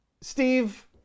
Steve